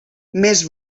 més